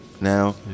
now